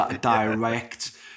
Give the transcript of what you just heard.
direct